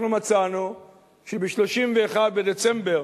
אנחנו מצאנו שב-31 בדצמבר